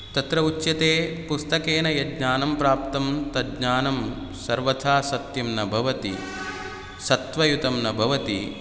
तत्र उच्यते पुस्तकेन यज्ज्ञानं प्राप्तं तज्ज्ञानं सर्वथा सत्यं न भवति सत्त्वयुतं न भवति